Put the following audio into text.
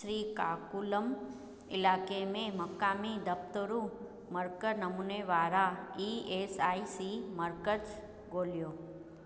श्रीकाकुलम इलाइके में मक़ामी दफ्तरु मर्कज़ नमूने वारा ई एस आई सी मर्कज़ ॻोल्हियो